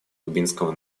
кубинского